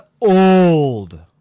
old